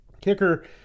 Kicker